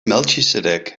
melchizedek